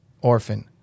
orphan